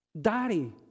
daddy